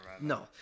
no